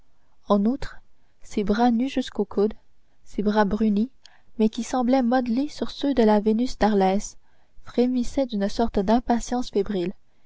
en outre ses bras nus jusqu'au coude ses bras brunis mais qui semblaient modelés sur ceux de la vénus d'arles frémissaient d'une sorte d'impatience fébrile